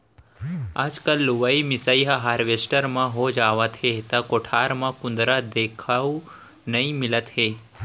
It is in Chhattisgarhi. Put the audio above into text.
आजकल लुवई मिसाई ह हारवेस्टर म हो जावथे त कोठार म कुंदरा देखउ नइ मिलत हे